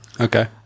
Okay